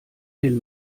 den